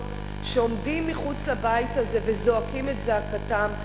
שעומדים מחוץ לבית הזה וזועקים את זעקתם.